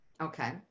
Okay